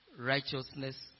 righteousness